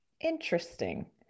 Interesting